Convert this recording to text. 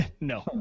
No